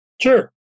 Sure